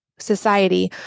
society